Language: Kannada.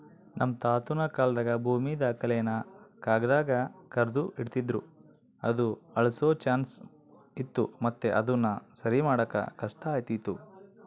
ನಮ್ ತಾತುನ ಕಾಲಾದಾಗ ಭೂಮಿ ದಾಖಲೆನ ಕಾಗದ್ದಾಗ ಬರ್ದು ಇಡ್ತಿದ್ರು ಅದು ಅಳ್ಸೋ ಚಾನ್ಸ್ ಇತ್ತು ಮತ್ತೆ ಅದುನ ಸರಿಮಾಡಾಕ ಕಷ್ಟಾತಿತ್ತು